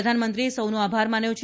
પ્રધાનમંત્રીએ સૌનો આભાર માન્યો છે